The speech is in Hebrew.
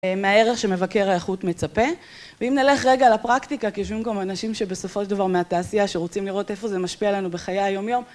מהערך שמבקר האיכות מצפה. ואם נלך רגע לפרקטיקה, כי יושבים כאן אנשים שבסופו של דבר מהתעשייה שרוצים לראות איפה זה משפיע לנו בחיי היומיום.